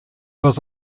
was